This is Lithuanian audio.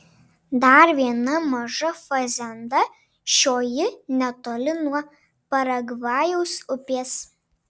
dar viena maža fazenda šioji netoli nuo paragvajaus upės